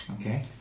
Okay